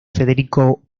federico